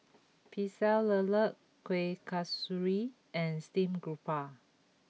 Pecel Lele Kuih Kasturi and Steamed Garoupa